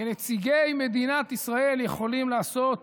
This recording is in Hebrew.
כנציגי מדינת ישראל, יכולים לעשות